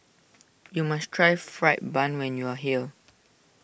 you must try Fried Bun when you are here